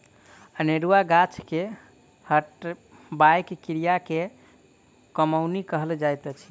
अनेरुआ गाछ के हटयबाक क्रिया के कमौनी कहल जाइत अछि